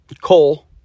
coal